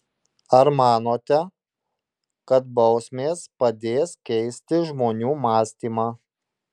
ar manote kad bausmės padės keisti žmonių mąstymą